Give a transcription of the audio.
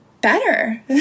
better